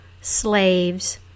slaves